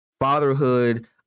fatherhood